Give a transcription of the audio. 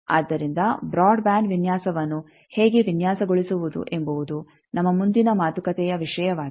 ಆದ್ದರಿಂದ broadband ವಿನ್ಯಾಸವನ್ನು ಹೇಗೆ ವಿನ್ಯಾಸಗೊಳಿಸುವುದು ಎಂಬುವುದು ನಮ್ಮ ಮುಂದಿನ ಮಾತುಕತೆಯ ವಿಷಯವಾಗಿದೆ